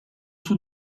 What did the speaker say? tous